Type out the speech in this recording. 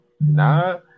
nah